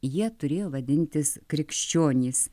jie turėjo vadintis krikščionys